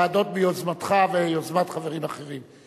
הוועדות ביוזמתך וביוזמת חברים אחרים.